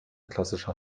klassischer